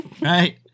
Right